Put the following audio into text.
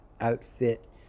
outfit